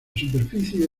superficie